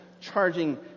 charging